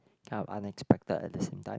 kind of unexpected at the same time